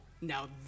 now